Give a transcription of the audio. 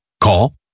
Call